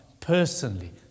personally